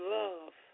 love